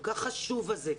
כל חשוב הזה,